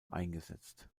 eingesetzt